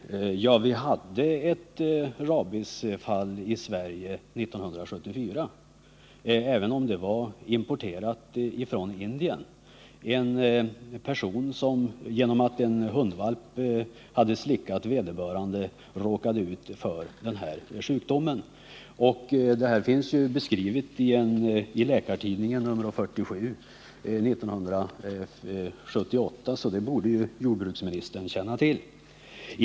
Herr talman! Vi hade ett rabiesfall i Sverige 1974, även om det var importerat från Indien. En person hade råkat ut för denna sjukdom genom att blislickad av en hundvalp. Detta fall finns beskrivet i Läkartidningen, nr 47 år 1978, så det borde jordbruksministern känna till.